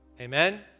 Amen